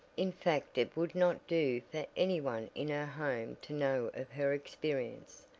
in fact it would not do for any one in her home to know of her experience,